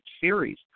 series